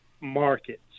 markets